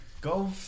Go